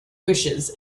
wishes